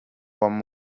amaraso